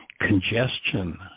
congestion